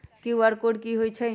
QR code कि हई छई?